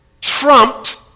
trumped